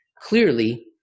Clearly